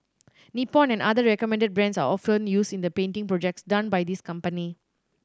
Nippon and other recommended brands are often used in the painting projects done by this company